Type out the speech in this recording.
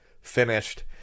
finished